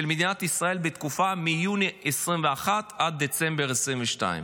מדינת ישראל בתקופה מיוני 2021 עד דצמבר 2022?